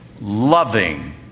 loving